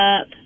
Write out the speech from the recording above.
up